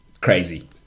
crazy